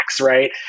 right